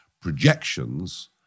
projections